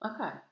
okay